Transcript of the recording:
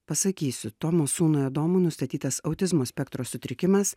pasakysiu tomos sūnui adomui nustatytas autizmo spektro sutrikimas